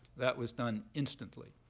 that was done instantly.